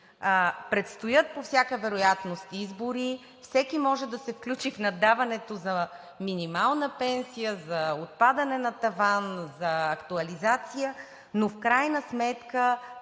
предстоят по всяка вероятност избори, всеки може да се включи в наддаването за минимална пенсия, за отпадане на таван, за актуализация, но в крайна сметка